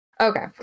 Okay